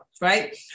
Right